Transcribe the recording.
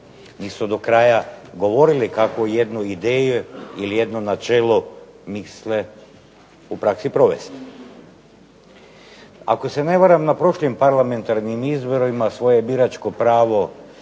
nisu do kraja govorili kako jednu ideju i jedno načelo u praksi provesti. Ako se ne varam na prošlim parlamentarnim izborima svoje biračko pravo